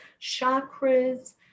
chakras